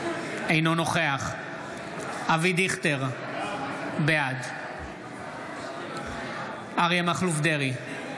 אינו נוכח אבי דיכטר, בעד אריה מכלוף דרעי,